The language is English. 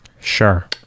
Sure